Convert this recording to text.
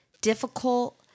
difficult